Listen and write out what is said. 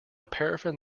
paraffin